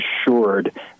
assured